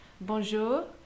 bonjour